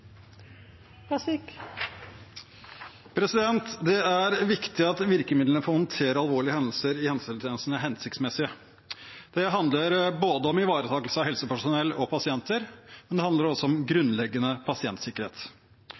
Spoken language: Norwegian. frå komiteen. Det er viktig at virkemidlene for å håndtere alvorlige hendelser i helsetjenestene er hensiktsmessige. Det handler både om ivaretakelse av helsepersonell og pasienter, og det handler om